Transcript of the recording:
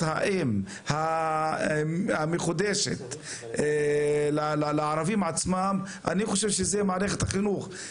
האם המחודשת לערבים עצמם זאת מערכת החינוך.